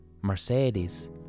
Mercedes